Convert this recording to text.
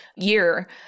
year